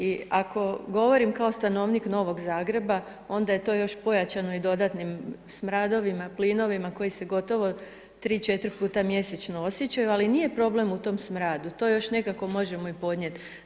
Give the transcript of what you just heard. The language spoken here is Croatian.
I ako govorim kao stanovnik Novog Zagreba onda je to još pojačano i dodatnim smradovima, plinovima koji se gotovo 3-4 puta mjesečno osjećaju ali nije problem u tom smradu, to još nekako možemo i podnijeti.